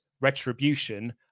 Retribution